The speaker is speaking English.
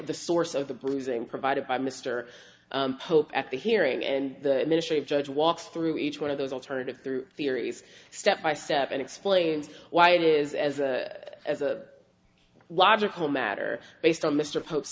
the source of the bruising provided by mr pope at the hearing and the ministry of judge walks through each one of those alternative through theories step by step and explains why it is as a logical matter based on mr po